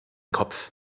kopf